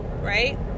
right